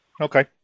okay